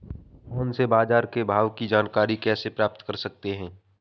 Phone से बाजार के भाव की जानकारी कैसे प्राप्त कर सकते हैं?